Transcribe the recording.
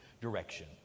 direction